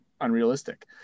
unrealistic